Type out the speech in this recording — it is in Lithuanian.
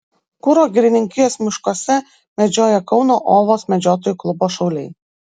kuro girininkijos miškuose medžioja kauno ovos medžiotojų klubo šauliai